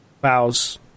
bows